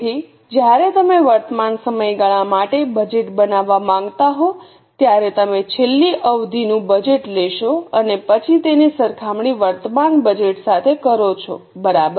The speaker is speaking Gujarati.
તેથી જ્યારે તમે વર્તમાન સમયગાળા માટે બજેટ બનાવવા માંગતા હો ત્યારે તમે છેલ્લી અવધિનું બજેટ લેશો અને પછી તેની સરખામણી વર્તમાન બજેટ કરો બરાબર